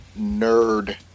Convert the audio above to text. nerd